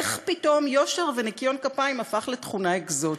איך פתאום יושר וניקיון כפיים הפכו לתכונה אקזוטית?